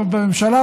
אבל בממשלה,